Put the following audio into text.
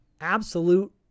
absolute